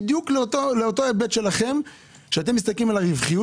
בדיוק על אותו היבט שלכם כשאתם מסתכלים על הרווחיות